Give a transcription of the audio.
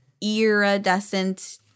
iridescent